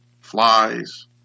flies